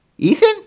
Ethan